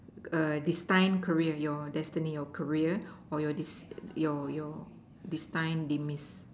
destined career your destiny your career or your your your destined demise